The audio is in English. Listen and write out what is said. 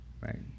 right